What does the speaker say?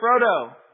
Frodo